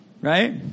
right